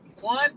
one